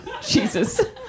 Jesus